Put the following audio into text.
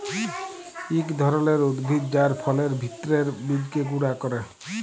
ইক ধরলের উদ্ভিদ যার ফলের ভিত্রের বীজকে গুঁড়া ক্যরে